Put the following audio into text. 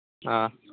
ꯑꯥ